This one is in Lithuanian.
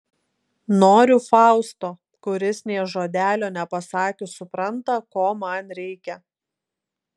noriu fausto kuris nė žodelio nepasakius supranta ko man reikia